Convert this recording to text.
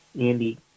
Andy